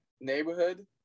neighborhood